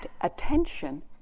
attention